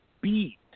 beat